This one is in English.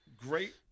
great